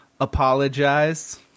Apologize